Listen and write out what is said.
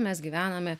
mes gyvename